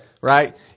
Right